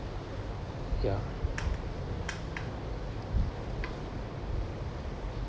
ya